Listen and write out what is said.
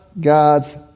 God's